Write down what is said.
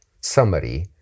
summary